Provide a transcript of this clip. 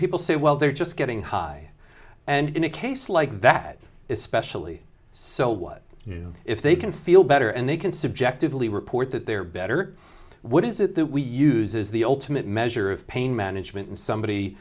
people say well they're just getting high and in a case like that especially so what you know if they can feel better and they can subjectively report that they're better what is it that we use is the ultimate measure of pain management and somebody